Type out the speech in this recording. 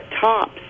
tops